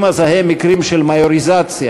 אם אזהה מקרים של מיוריזציה,